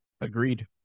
Agreed